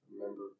remember